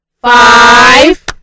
five